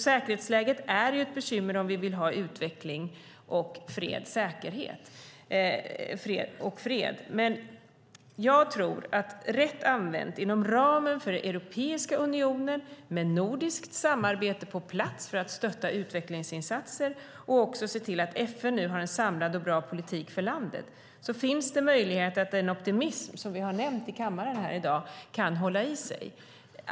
Säkerhetsläget är ett bekymmer om vi vill ha utveckling och fred. Men jag tror att inom ramen för Europeiska unionen, med nordiskt samarbete på plats för att stötta utvecklingsinsatser och med FN som har en bra politik för landet finns det möjlighet att den optimism som vi har nämnt här i kammaren i dag kan hålla i sig.